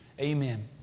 Amen